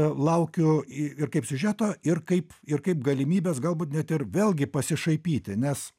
laukiu ir kaip siužeto ir kaip ir kaip galimybės galbūt net ir vėlgi pasišaipyti nes